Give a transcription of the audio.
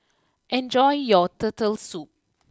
enjoy your Turtle Soup